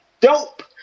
dope